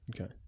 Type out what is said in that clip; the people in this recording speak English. Okay